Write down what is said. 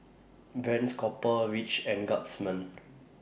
Brand's Copper Ridge and Guardsman